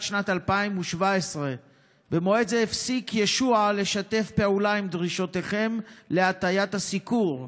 שנת 2017. במועד זה הפסיק ישועה לשתף פעולה עם דרישותיכם להטיית הסיקור,